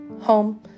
home